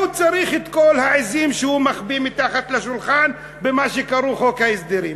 מה הוא צריך את כל העזים שהוא מחביא מתחת לשולחן במה שקרוי חוק ההסדרים?